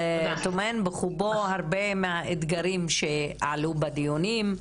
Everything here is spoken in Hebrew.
זה טומן בחובו הרבה מהאתגרים שעלו בדיונים.